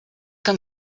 can